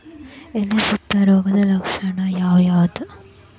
ಎಲೆ ಸುತ್ತು ರೋಗದ ಲಕ್ಷಣ ಯಾವ್ಯಾವ್?